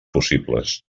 possibles